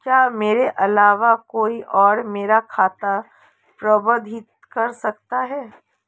क्या मेरे अलावा कोई और मेरा खाता प्रबंधित कर सकता है?